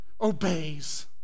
obeys